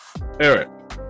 Eric